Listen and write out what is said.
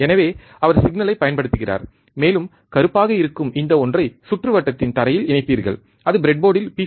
எனவே அவர் சிக்னலைப் பயன்படுத்துகிறார் மேலும் கருப்பாக இருக்கும் இந்த ஒன்றை சுற்றுவட்டத்தின் தரையில் இணைப்பீர்கள் அது ப்ரெட்போர்டில் பி